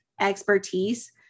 expertise